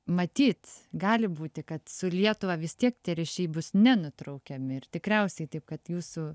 matyt gali būti kad su lietuva vis tiek tie ryšiai bus nenutraukiami ir tikriausiai taip kad jūsų